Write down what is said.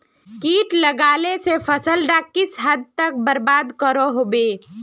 किट लगाले से फसल डाक किस हद तक बर्बाद करो होबे?